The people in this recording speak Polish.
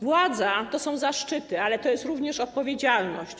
Władza to są zaszczyty, ale to jest również odpowiedzialność.